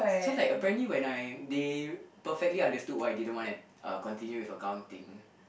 so like apparently when I they perfectly understood why I didn't want uh continue with accounting